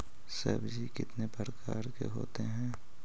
सब्जी कितने प्रकार के होते है?